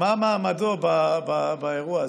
מה מעמדו באירוע הזה?